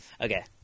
okay